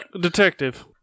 Detective